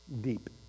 deep